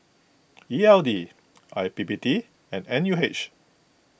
E L D I P P T and N U H